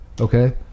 Okay